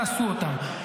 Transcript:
תעשו אותם.